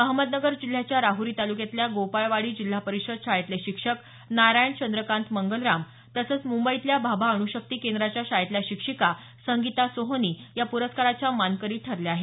अहमदनगर जिल्ह्याच्या राहरी तालुक्यातल्या गोपाळवाडी जिल्हा परिषद शाळेतले शिक्षक नारायण चंद्रकांत मंगलराम तसंच मुंबईतल्या भाभा अणुशक्ती केंद्राच्या शाळेतल्या शिक्षिका संगीता सोहनी या पुरस्काराच्या मानकरी ठरल्या आहेत